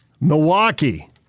Milwaukee